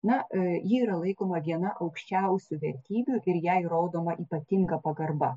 na ji yra laikoma viena aukščiausių vertybių ir jai rodoma ypatinga pagarba